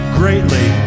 greatly